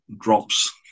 drops